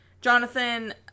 Jonathan